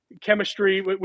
chemistry